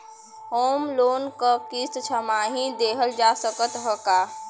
Home loan क किस्त छमाही देहल जा सकत ह का?